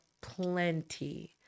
plenty